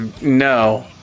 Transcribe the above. no